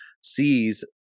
sees